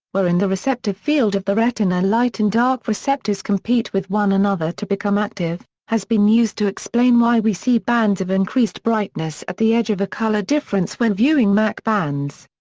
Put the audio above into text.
where in the receptive field of the retina light and dark receptors compete with one another to become active, has been used to explain why we see bands of increased brightness at the edge of a colour difference when viewing mach bands.